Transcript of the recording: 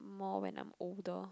more when I'm older